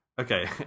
Okay